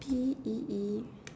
P_E_E